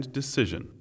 decision